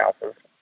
houses